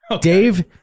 Dave